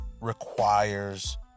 requires